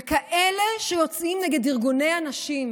וכאלה שיוצאים נגד ארגוני הנשים,